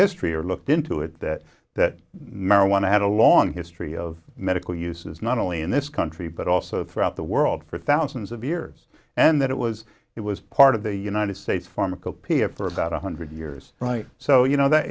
history or looked into it that that marijuana had a long history of medical uses not only in this country but also throughout the world for thousands of years and that it was it was part of the united states pharmacopeia for about one hundred years so you know that